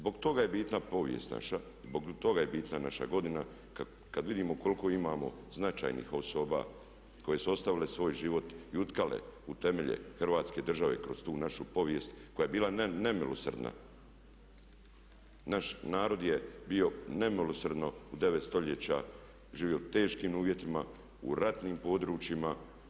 Zbog toga je bitna povijest naša, zbog toga je bitna naša godina kad vidimo koliko imamo značajnih osoba koje su ostavile svoj život i utkale u temelje Hrvatske države kroz tu našu povijest koja je bila nemilosrdna, naš narod je bio nemilosrdno u 9 stoljeća živio u teškim uvjetima, u ratnim područjima.